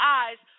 eyes